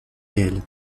réel